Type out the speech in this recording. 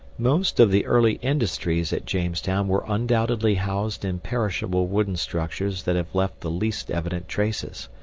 most of the early industries at jamestown were undoubtedly housed in perishable wooden structures that have left the least evident traces,